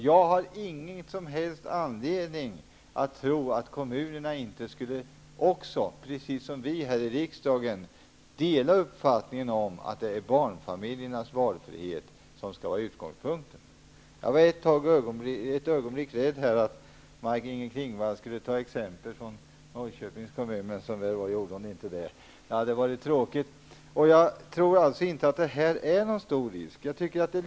Jag har ingen anledning att tro att kommunerna inte skulle -- precis som vi här i riksdagen -- dela uppfattningen att det är barnfamiljernas valfrihet som skall vara utgångpunkten. Jag var för ett ögonblick rädd för att Maj-Inger Klingvall skulle ta exempel från Norrköpings kommun. Som väl var gjorde hon inte det. Det hade varit tråkigt. Jag tror alltså inte att detta är någon stor risk.